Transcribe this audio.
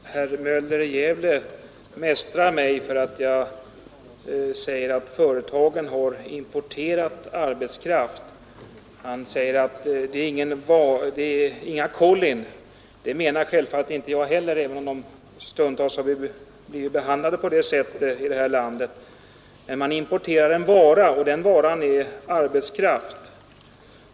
Fru talman! Herr Möller i Gävle mästrar mig för att jag säger att företagen har importerat arbetskraft. Han säger att det är inga kollin. Det menar självfallet inte jag heller, även om invandrarna stundtals har blivit behandlade på det sättet här i landet. Men man importerar en vara, och den varan är arbetskraft.